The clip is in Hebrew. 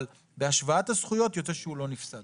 אבל בהשוואת הזכויות יוצא שהוא לא נפסד.